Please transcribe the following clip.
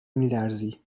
میلرزی